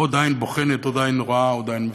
עוד עין בוחנת, עוד עין רואה, עוד עין מפקחת.